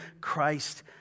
Christ